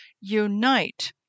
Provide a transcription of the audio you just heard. unite